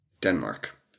Denmark